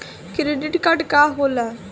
Credit card का होला?